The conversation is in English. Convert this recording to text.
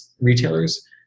retailers